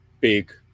big